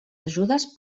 ajudes